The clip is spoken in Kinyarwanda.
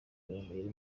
gahongayire